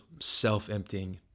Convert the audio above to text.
self-emptying